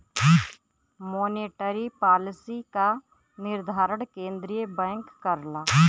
monetary policy क निर्धारण केंद्रीय बैंक करला